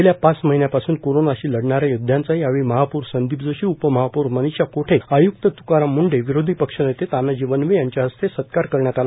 गेल्या पाच महिन्यांपासून कोरोनाशी लढणाऱ्या योद्धांचा यावेळी महापौर संदीप जोशी उपमहापौर मनीषा कोठे आय्क्त त्काराम मुंढे विरोधी पक्ष नेते तानाजी वनवे यांच्या हस्ते सत्कार करण्यात आला